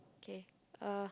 K uh